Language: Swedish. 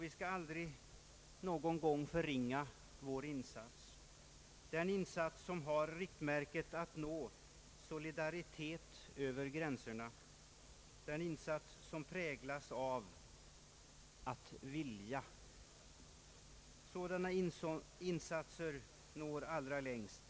Vi skall aldrig någon gång förringa vår insats — den insats som har riktmärket att nå solidaritet över gränserna, den insats som präglas av att vilja. Sådana insatser når allra längst.